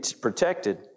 protected